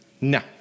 No